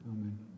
Amen